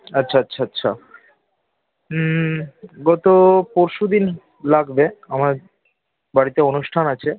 আচ্ছা আচ্ছা আচ্ছা গত পরশু দিন লাগবে আমার বাড়িতে অনুষ্ঠান আছে